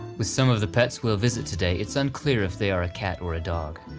with some of the pets we'll visit today it's unclear if they are a cat or a dog.